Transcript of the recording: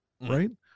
Right